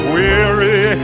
weary